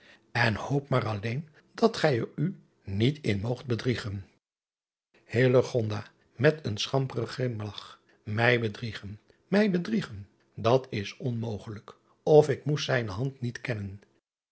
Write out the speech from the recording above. en hoop maar alleen dat gij er u niet in moogt bedriegen met een schamperen grimlach ij bedriegen mij bedriegen dat is onmogelijk of ik moest zijne hand niet kennen